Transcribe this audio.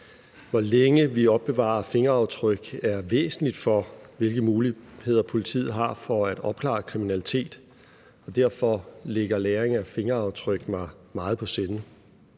Hvor længe vi opbevarer fingeraftryk er væsentligt for, hvilke muligheder politiet har for at opklare kriminalitet, og derfor ligger lagring af fingeraftryk mig meget på sinde.